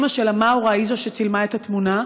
אימא שלה, מאורה, היא שצילמה את התמונה.